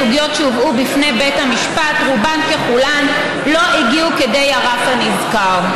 הסוגיות שהובאו בפני בית המשפט רובן ככולן לא הגיעו כדי הרף הנזכר.